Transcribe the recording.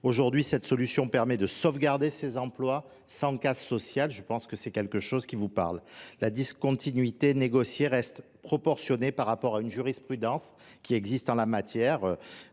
Aujourd'hui, cette solution permet de sauvegarder ces emplois sans casse sociale. Je pense que c'est quelque chose qui vous parle. La discontinuité négociée reste proportionnée par rapport à une jurisprudence qui existe en la matière,